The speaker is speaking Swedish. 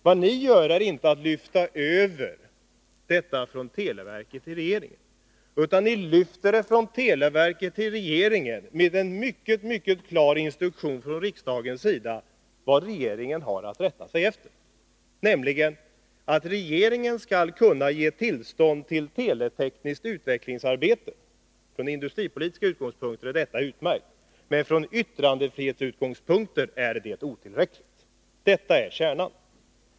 Vad ni gör är inte att lyfta över avgörandet från televerket till regeringen, utan ni lyfter över det till regeringen med en mycket klar instruktion från riksdagens sida om vad regeringen har att rätta sig efter, nämligen att regeringen skall kunna ge tillstånd bara till teletekniskt utvecklingsarbete. Från industripolitiska utgångspunkter är detta utmärkt, men från yttrandefrihetsutgångspunkter är det otillräckligt. Detta är kärnan.